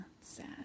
Sad